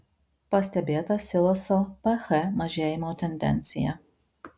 pastebėta siloso ph mažėjimo tendencija